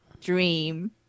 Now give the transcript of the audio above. dream